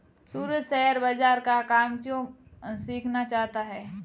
सूरज share बाजार का काम क्यों सीखना चाहता है?